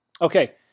Okay